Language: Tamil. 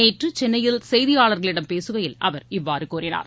நேற்று சென்னையில் செய்தியாளர்களிடம் பேசுகையில் அவர் இவ்வாறு கூறினார்